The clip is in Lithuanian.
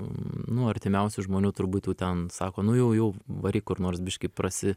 nu artimiausių žmonių turbūt jau ten sako nu jau jau varyk kur nors biškį prasi